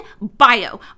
bio